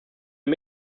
den